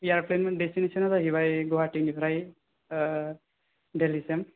एयारप्लेननि destination आ जाहैबाय गुवाहाटीनिफ्राय आह दिल्ली सिम